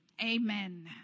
Amen